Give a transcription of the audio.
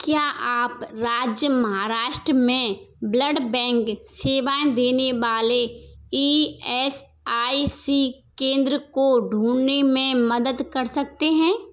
क्या आप राज्य महाराष्ट्र में ब्लड बैंक सेवाएँ देने वाले ई एस आई सी केंद्र को ढूँढने में मदद कर सकते हैं